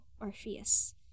Orpheus